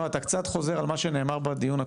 לא, אתה קצת חוזר על מה שנאמר בדיון הקודם.